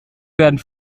werden